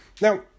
Now